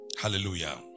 Hallelujah